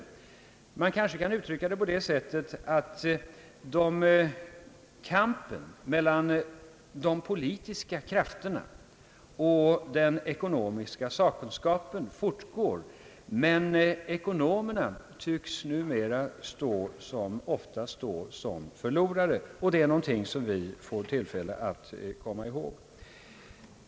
Detta kan också uttryckas på det sättet, att kampen mellan de politiska krafterna och den ekonomiska sakkunskapen fortgår, men ekonomerna tycks numera ofta stå som förlorare. Det är någonting som vi får tillfälle att komma ihåg.